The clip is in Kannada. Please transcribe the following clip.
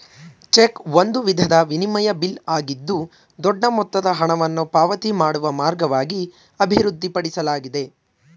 ಚೆಕ್ ಒಂದು ವಿಧದ ವಿನಿಮಯ ಬಿಲ್ ಆಗಿದ್ದು ದೊಡ್ಡ ಮೊತ್ತದ ಹಣವನ್ನು ಪಾವತಿ ಮಾಡುವ ಮಾರ್ಗವಾಗಿ ಅಭಿವೃದ್ಧಿಪಡಿಸಲಾಗಿದೆ